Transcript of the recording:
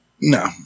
No